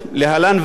ועד החינוך),